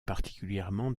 particulièrement